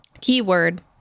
Keyword